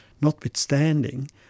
notwithstanding